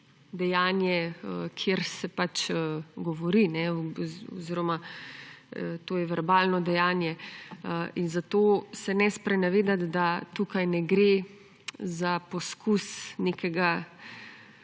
dejanje, kjer se govori oziroma to je verbalno dejanje in zato se ne sprenevedati, da tukaj ne gre za poskus nekega,